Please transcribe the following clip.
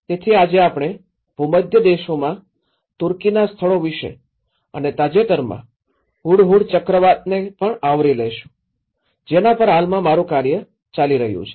તેથી આજે આપણે ભૂમધ્ય દેશોમાં તુર્કીના સ્થળો વિશે અને તાજેતરના હુડહુડ ચક્રવાતને પણ આવરી લેશું જેના પર હાલમાં મારું કાર્ય ચાલી રહ્યું છે